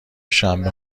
شنبه